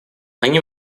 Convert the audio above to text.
они